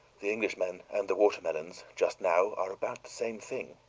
the englishmen and the watermelons just now are about the same thing,